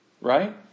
Right